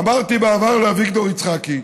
אמרתי בעבר לאביגדור יצחקי,